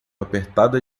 apertada